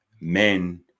men